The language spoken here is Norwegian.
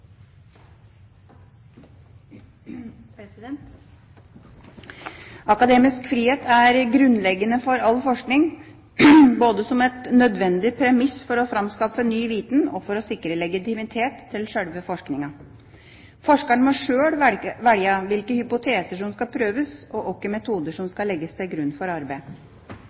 Akademisk frihet er grunnleggende for all forskning, både som et nødvendig premiss for å framskaffe ny viten og for å sikre legitimitet til sjølve forskninga. Forskeren må sjøl velge hvilke hypoteser som skal prøves, og hvilke metoder som skal legges til grunn for arbeidet.